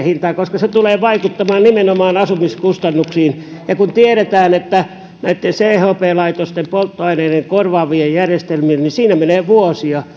hintaa koska se tulee vaikuttamaan nimenomaan asumiskustannuksiin ja kun tiedetään että näitten chp laitosten polttoaineiden korvaavien järjestelmien tulossa menee vuosia